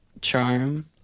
charm